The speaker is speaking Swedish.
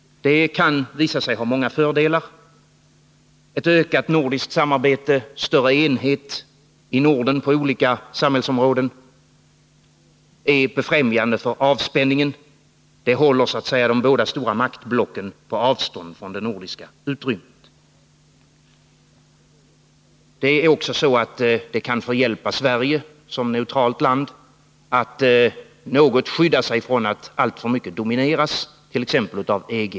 Det kan visa sig ha många fördelar. Ett ökat nordiskt samarbete, större enhet i Norden på olika samhällsområden är befrämjande för avspänningen. Det håller de båda stora maktblocken på avstånd från det nordiska utrymmet. Det är också så att det kan förhjälpa Sverige som neutralt land till att något skydda sig från att alltför mycket domineras av t.ex. EG.